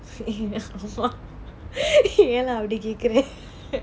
ஆமா ஏன்ல அப்பிடி கேக்குற:aamaa yaenla apidi kekkura